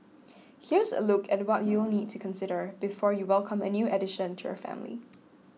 here's a look at what you will need to consider before you welcome a new addition to your family